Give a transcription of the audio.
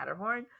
Matterhorn